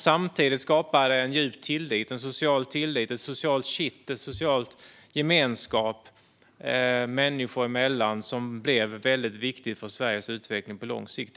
Samtidigt skapade man en djup tillit, en social tillit, ett socialt kitt, en social gemenskap människor emellan, vilket blev väldigt viktigt för Sveriges utveckling på lång sikt.